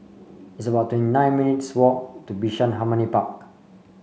it's about twenty nine minutes' walk to Bishan Harmony Park